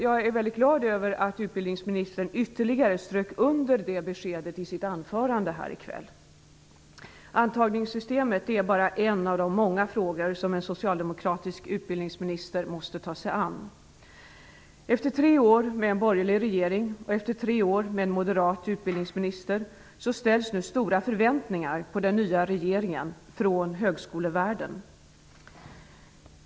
Jag är mycket glad över att utbildningsministern ytterligare strök under det beskedet i sitt anförande här i kväll. Antagningssystemet är bara en av de många frågor som en socialdemokratisk utbildningsminister måste ta sig an. Efter tre år med en borgerlig regering och efter tre år med en moderat utbildningsminister ställs nu stora förväntningar på den nya regeringen från högskolevärlden.